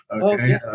Okay